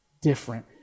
different